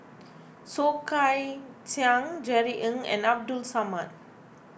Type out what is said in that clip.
Soh Kay Siang Jerry Ng and Abdul Samad